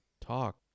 talk